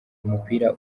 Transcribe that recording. umupira